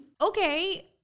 okay